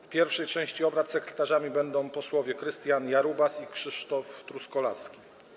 W pierwszej części obrad sekretarzami będą posłowie Krystian Jarubas i Krzysztof Truskolaski.